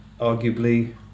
Arguably